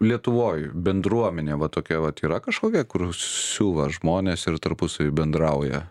lietuvoj bendruomenė va tokia vat yra kažkokia kur siuva žmonės ir tarpusavy bendrauja